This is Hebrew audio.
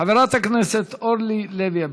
חברת הכנסת אורלי לוי אבקסיס,